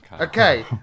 Okay